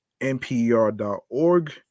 npr.org